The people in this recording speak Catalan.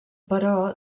però